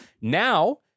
Now